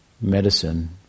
medicine